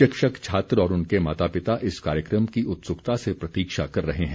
शिक्षक छात्र और उनके माता पिता इस कार्यक्रम की उत्सुकता से प्रतीक्षा कर रहे हैं